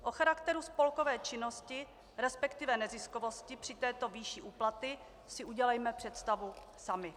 O charakteru spolkové činnosti, respektive neziskovosti při této výši úplaty si udělejme představu sami.